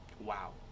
wow